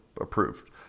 approved